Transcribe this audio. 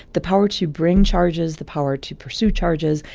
the power to bring charges, the power to pursue charges.